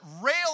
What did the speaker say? rail